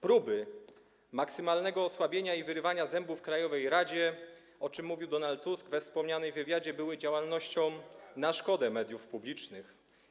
Próby „maksymalnego osłabienia” i „wyrywania zębów” krajowej radzie, o czym mówił Donald Tusk we wspomnianym wywiadzie, działały na szkodę mediów publicznych.